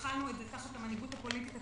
התחלנו את זה תחת המנהיגות הפוליטית הקודמת.